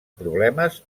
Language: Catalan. problemes